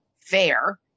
fair